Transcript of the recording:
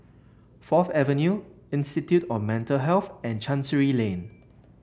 Fourth Avenue Institute of Mental Health and Chancery Lane